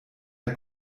der